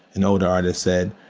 an older artist said,